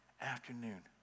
afternoon